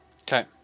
Okay